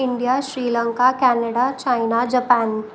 India Sri Lanka Canada Canada Japan